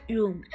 Room